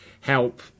help